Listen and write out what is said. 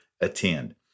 attend